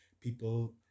people